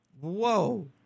Whoa